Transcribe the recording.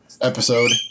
episode